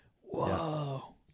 whoa